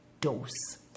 dose